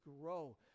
grow